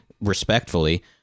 respectfully